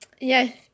yes